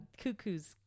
cuckoo's